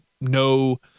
no